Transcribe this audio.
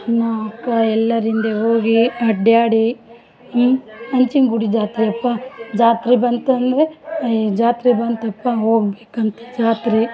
ಅಣ್ಣ ಅಕ್ಕ ಎಲ್ಲರಿಂದೇ ಹೋಗಿ ಅಡ್ಡಾಡಿ ಹಂಚಿನ ಗುಡಿ ಜಾತ್ರೆಯಪ್ಪ ಜಾತ್ರೆ ಬಂತಂದರೆ ಜಾತ್ರೆ ಬಂತಪ್ಪ ಹೋಗ್ಬೇಕಂತ ಜಾತ್ರೆ